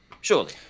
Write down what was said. surely